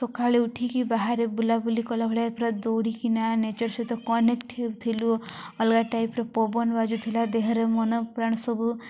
ସକାଳେ ଉଠିକି ବାହାରେ ବୁଲାବୁଲି କଲା ଭଳିଆ ପୁରା ଦୌଡ଼ିକିନା ନେଚର ସହିତ କନେକ୍ଟ ହେଉଥିଲୁ ଅଲଗା ଟାଇପର ପବନ ବାଜୁଥିଲା ଦେହରେ ମନ ପ୍ରାଣ ସବୁ